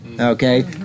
okay